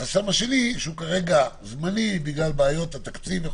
החסם השני הוא כרגע זמני בגלל בעיות התקציב.